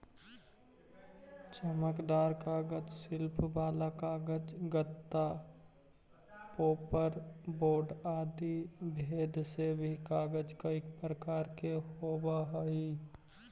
चमकदार कागज, शिल्प वाला कागज, गत्ता, पोपर बोर्ड आदि भेद से भी कागज कईक प्रकार के होवऽ हई